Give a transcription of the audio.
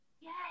Yes